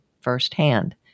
firsthand